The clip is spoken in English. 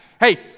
hey